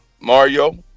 Mario